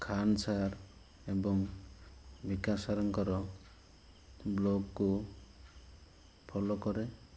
Khan sir ଏବଂ ବିକାଶ ସାର୍ଙ୍କର ବ୍ଲଗ୍କୁ ଫଲୋ କରେ